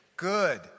good